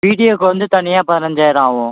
வீடியோக்கு வந்து தனியாக பதினஞ்சாயிரம் ஆகும்